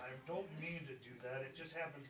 to do that it just happens